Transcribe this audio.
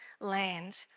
land